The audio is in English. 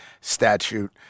statute